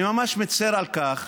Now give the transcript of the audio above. אני ממש מצר על כך